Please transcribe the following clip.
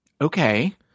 Okay